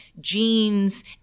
genes